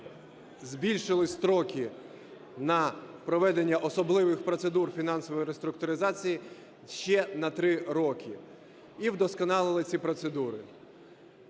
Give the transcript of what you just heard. збільшили строки на проведення особливих процедур фінансової реструктуризації ще на три роки і вдосконалили ці процедури.